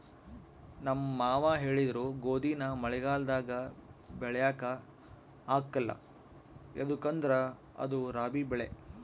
ನಮ್ ಮಾವ ಹೇಳಿದ್ರು ಗೋದಿನ ಮಳೆಗಾಲದಾಗ ಬೆಳ್ಯಾಕ ಆಗ್ಕಲ್ಲ ಯದುಕಂದ್ರ ಅದು ರಾಬಿ ಬೆಳೆ